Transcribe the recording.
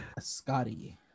Scotty